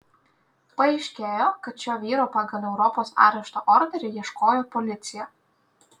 paaiškėjo kad šio vyro pagal europos arešto orderį ieškojo policija